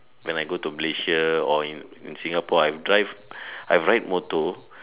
when I go to Malaysia or in in Singapore I drive I ride motor